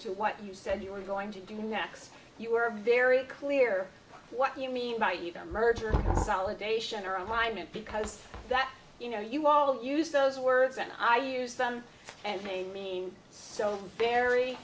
to what you said you were going to do next you were very clear what you mean by you the merger salivation or alignment because that you know you all use those words and i use them and they mean so very